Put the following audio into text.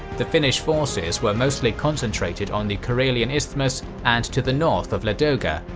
the finnish forces were mostly concentrated on the karelian isthmus and to the north of ladoga,